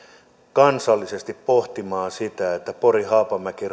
kansallisesti pohtimaan pori haapamäki